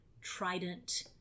Trident